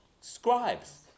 scribes